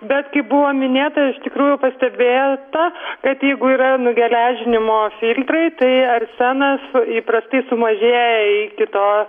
bet kaip buvo minėta iš tikrųjų pastebėta kad jeigu yra nugeležinimo filtrai tai arsenas įprastai sumažėja iki to